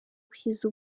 kugeza